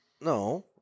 No